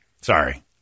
sorry